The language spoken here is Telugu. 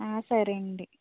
ఆ సరే అండి